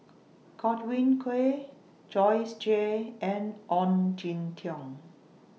Godwin Koay Joyce Jue and Ong Jin Teong